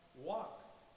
walk